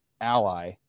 ally